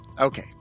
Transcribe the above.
Okay